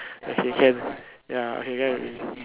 okay can ya okay I get what you mean